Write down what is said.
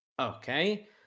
Okay